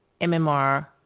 MMR